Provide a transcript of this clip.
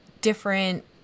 different